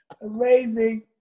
amazing